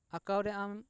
ᱟᱸᱠᱟᱣ ᱨᱮ ᱟᱢ